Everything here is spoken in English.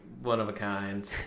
one-of-a-kind